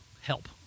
help